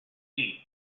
seat